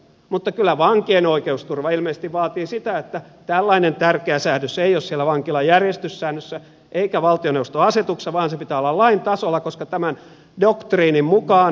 mutta kyllä vankien oikeusturva ilmeisesti vaatii sitä että tällainen tärkeä säädös ei ole siellä vankilan järjestyssäännöissä eikä valtioneuvoston asetuksissa vaan sen pitää olla lain tasolla koska tämän doktriinin mukaan kaikkien perusoikeusrajoitusten pitää olla laissa